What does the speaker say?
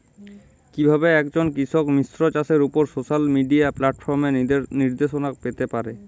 কিভাবে একজন কৃষক মিশ্র চাষের উপর সোশ্যাল মিডিয়া প্ল্যাটফর্মে নির্দেশনা পেতে পারে?